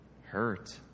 Hurt